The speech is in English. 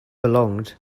belonged